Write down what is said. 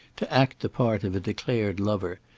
to act the part of a declared lover,